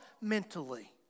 mentally